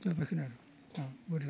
जाबायखोनरो अ बोरो